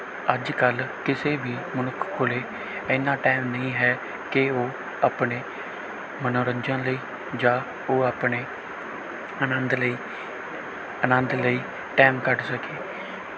ਅੱਜ ਕੱਲ੍ਹ ਕਿਸੇ ਵੀ ਮਨੁੱਖ ਕੋਲ ਇੰਨਾ ਟੈਮ ਨਹੀਂ ਹੈ ਕਿ ਉਹ ਆਪਣੇ ਮਨੋਰੰਜਨ ਲਈ ਜਾਂ ਉਹ ਆਪਣੇ ਆਨੰਦ ਲਈ ਆਨੰਦ ਲਈ ਟੈਮ ਕੱਢ ਸਕੇ